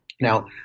now